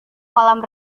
kolam